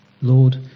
Lord